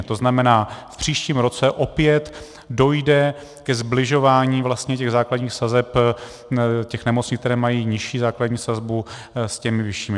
To znamená, v příštím roce opět dojde ke sbližování vlastně základních sazeb těch nemocnic, které mají nižší základní sazbu, s těmi vyššími.